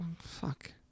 fuck